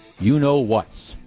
you-know-what's